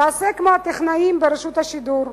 תעשה כמו הטכנאים ברשות השידור.